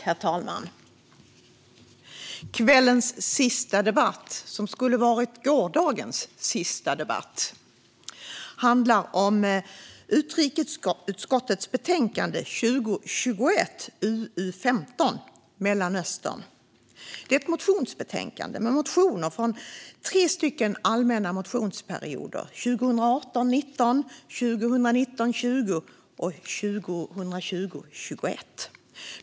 Herr talman! Kvällens sista debatt, som skulle ha varit gårdagens sista debatt, handlar om utrikesutskottets betänkande 2020 19, 2019 21.